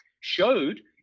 showed